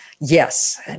Yes